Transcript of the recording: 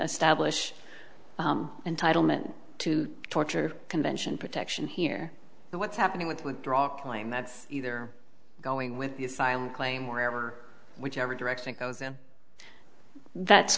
establish entitlement to torture convention protection here but what's happening with withdraw claim that the they're going with the asylum claim wherever whichever direction it goes in that's